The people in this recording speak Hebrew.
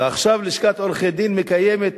ועכשיו לשכת עורכי-הדין מקיימת